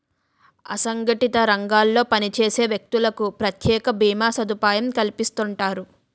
అసంగటిత రంగాల్లో పనిచేసే వ్యక్తులకు ప్రత్యేక భీమా సదుపాయం కల్పిస్తుంటారు